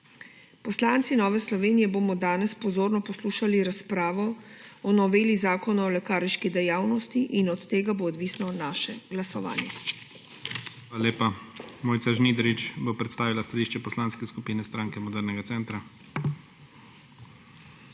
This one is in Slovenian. Poslanci Nove Slovenije bomo danes pozorno poslušali razpravo o noveli Zakona o lekarniški dejavnosti in od tega bo odvisno naše glasovanje. PREDSEDNIK IGOR ZORČIČ: Hvala lepa. Mojca Žnidarič bo predstavila stališče Poslanske skupine Stranke modernega centra.